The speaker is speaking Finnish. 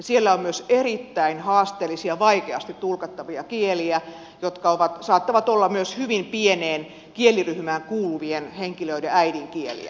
siellä on myös erittäin haasteellisia vaikeasti tulkattavia kieliä jotka saattavat olla myös hyvin pieneen kieliryhmään kuuluvien henkilöiden äidinkieliä